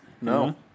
No